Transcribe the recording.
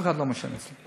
אף אחד לא מעשן אצלי.